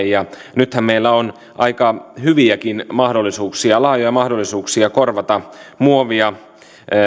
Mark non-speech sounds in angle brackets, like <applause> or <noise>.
<unintelligible> ja nythän meillä on aika hyviäkin mahdollisuuksia laajoja mahdollisuuksia korvata muovia